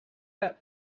that